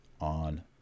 on